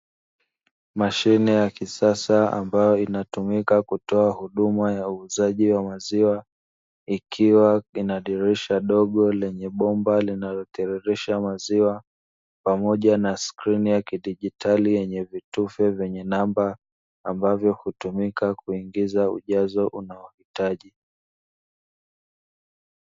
Mashine ya kisasa ambayo inatumika kutoa huduma ya uuzaji wa maziwa, ikiwa inadirisha dogo lenye bomba linalotiririsha maziwa pamoja na skrini ya kidijitali yenye vitufe vyenye namba, ambavyo hutumika kuingiza ujazo unaohitaji.